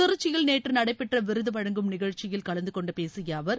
திருச்சியில் நேற்று நடைபெற்ற விருது வழங்கும் நிகழ்ச்சியில் கலந்தகொண்டு பேசிய அவர்